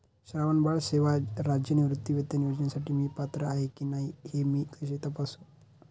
श्रावणबाळ सेवा राज्य निवृत्तीवेतन योजनेसाठी मी पात्र आहे की नाही हे मी कसे तपासू?